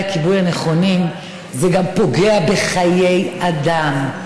הכיבוי הנכונים זה גם פוגע בחיי אדם.